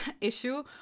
issue